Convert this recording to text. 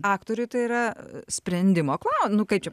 aktoriui tai yra sprendimo klau nu kaip čia